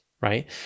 right